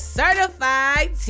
certified